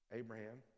abraham